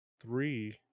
three